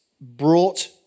brought